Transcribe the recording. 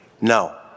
no